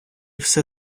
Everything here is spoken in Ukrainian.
все